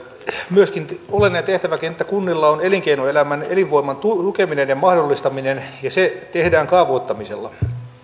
myöskin olennainen tehtäväkenttä kunnilla on elinkeinoelämän elinvoiman tukeminen ja mahdollistaminen ja se tehdään